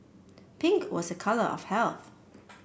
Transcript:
pink was a colour of health